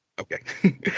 okay